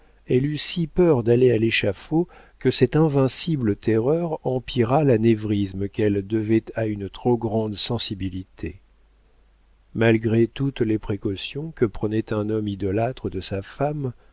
elle eut si peur d'aller à l'échafaud que cette invincible terreur empira l'anévrisme qu'elle devait à une trop grande sensibilité malgré toutes les précautions que prenait un homme idolâtre de sa femme